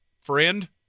friend